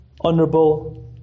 honorable